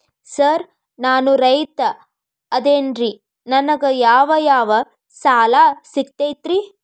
Sir ನಾನು ರೈತ ಅದೆನ್ರಿ ನನಗ ಯಾವ್ ಯಾವ್ ಸಾಲಾ ಸಿಗ್ತೈತ್ರಿ?